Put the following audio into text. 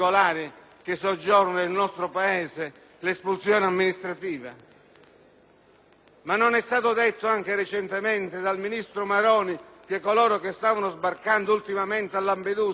Non è stato detto anche recentemente dal ministro Maroni che coloro che stavano sbarcando a Lampedusa sarebbero stati subito rimpatriati? Allora si può fare?